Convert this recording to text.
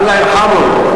אללה ירחמהום.